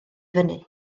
fyny